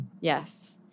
Yes